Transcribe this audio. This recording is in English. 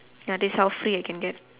ya that's how free I can get